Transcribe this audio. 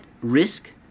risk